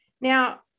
Now